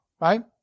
right